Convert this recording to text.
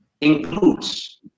includes